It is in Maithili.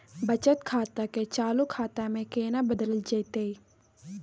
बचत खाता के चालू खाता में केना बदलल जेतै?